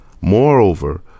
Moreover